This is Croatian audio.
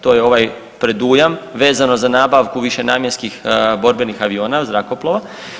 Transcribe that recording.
To je ovaj predujam vezano za nabavku višenamjenskih borbenih aviona, zrakoplova.